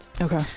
Okay